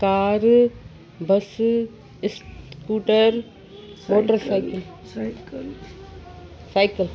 car bus scooter motor cycle cycle